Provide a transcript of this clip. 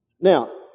Now